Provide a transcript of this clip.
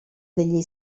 degli